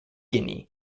guinea